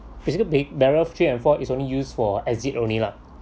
physical big barrier three and four is only used for exit only lah